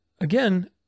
again